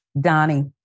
Donnie